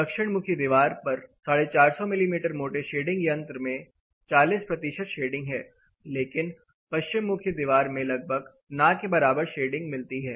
दक्षिण मुखी दीवार पर 450 मिमी मोटे शेडिंग यंत्र में 40 प्रतिशत शेडिंग है लेकिन पश्चिम मुखी दीवार में लगभग ना के बराबर शेडिंग मिलती है